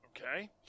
Okay